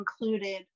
included